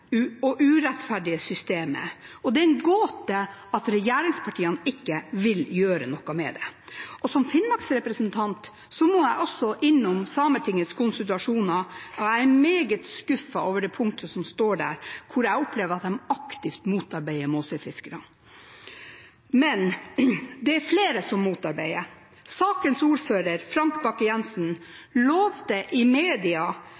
og urettferdige systemet, og det er en gåte at regjeringspartiene ikke vil gjøre noe med det. Og som finnmarksrepresentant må jeg også innom Sametingets konsultasjoner, og jeg er meget skuffet over det punktet som står der, hvor jeg opplever at de aktivt motarbeider Måsøy-fiskerne. Men det er flere som motarbeider. Sakens ordfører, Frank Bakke-Jensen, lovte i media,